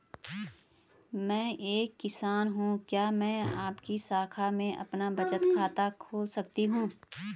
मैं एक किसान हूँ क्या मैं आपकी शाखा में अपना बचत खाता खोल सकती हूँ?